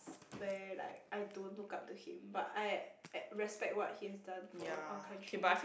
where like I don't look up to him but I eh respect what he has done for our country